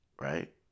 Right